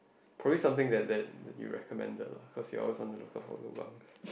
produce something that that you recommended lah cause you all so look for lobang